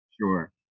sure